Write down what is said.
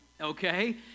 okay